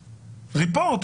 Report,